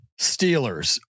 Steelers